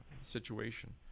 situation